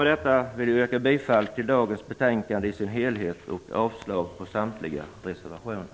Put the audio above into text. Med detta vill jag yrka bifall till utskottets hemställan i dess helhet och avslag på samtliga reservationer.